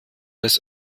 das